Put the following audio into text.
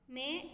may